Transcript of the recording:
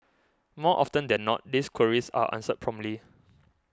more often than not these queries are answered promptly